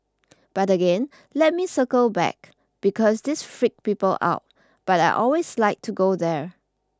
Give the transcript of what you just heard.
but again let me circle back because this freaks people out but I always like to go there